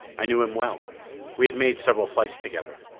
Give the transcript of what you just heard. i knew him well we had made several flights together.